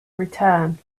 return